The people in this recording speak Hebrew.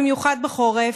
במיוחד בחורף.